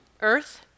earth